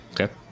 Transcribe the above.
okay